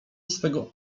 swego